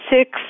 six